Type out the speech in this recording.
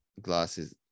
glasses